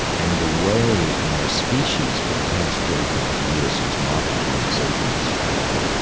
and the way our species for the past forty thousand years since modern homo sapiens appeared on earth,